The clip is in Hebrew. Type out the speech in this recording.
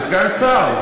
וסגן שר,